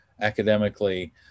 academically